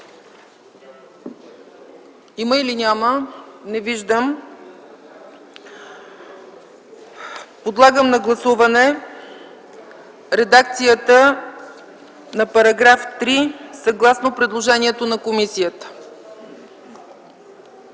за изказване? Не виждам. Подлагам на гласуване редакцията на § 3, съгласно предложението на комисията.